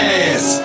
ass